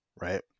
right